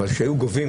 אבל כשהיו גובים,